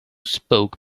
spoke